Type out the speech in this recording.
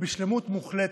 ובשלמות מוחלטת.